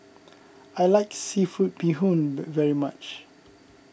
I like Seafood Bee Hoon very much